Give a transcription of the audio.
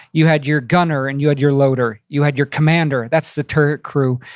you had your gunner, and you had your loader. you had your commander. that's the turret crew.